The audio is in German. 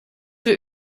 wir